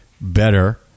better